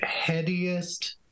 headiest